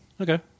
Okay